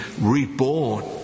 reborn